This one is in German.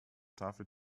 tafel